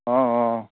অঁ অঁ অঁ